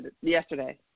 yesterday